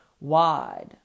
wide